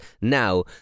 now